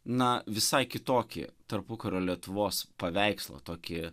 na visai kitokį tarpukario lietuvos paveikslą tokį